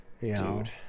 Dude